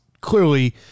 clearly